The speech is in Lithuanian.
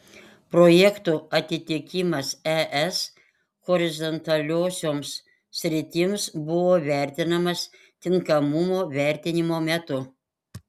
projektų atitikimas es horizontaliosioms sritims buvo vertinamas tinkamumo vertinimo metu